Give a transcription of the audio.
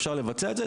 אפשר לבצע את זה,